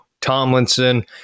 Tomlinson